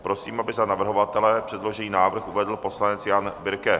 Prosím, aby za navrhovatele předložený návrh uvedl poslanec Jan Birke.